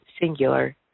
singular